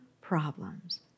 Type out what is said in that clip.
problems